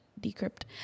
decrypt